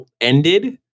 ended